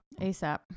asap